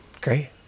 Great